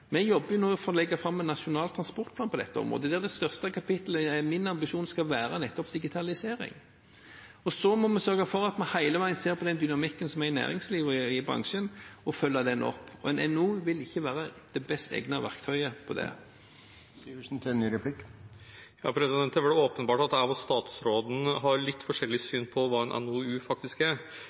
Vi jobber nå for å legge fram en nasjonal transportplan på dette området, der min ambisjon er at det største kapittelet nettopp skal være om digitalisering. Så må vi sørge for at vi hele veien ser på den dynamikken som er i næringslivet og i bransjen, og følge den opp. En NOU vil ikke være det best egnede verktøyet til det. Det er vel åpenbart at jeg og statsråden har litt forskjellig syn på hva en NOU faktisk er.